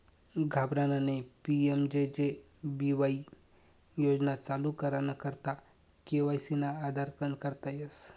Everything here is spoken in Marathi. घाबरानं नयी पी.एम.जे.जे बीवाई योजना चालू कराना करता के.वाय.सी ना आधारकन करता येस